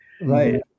Right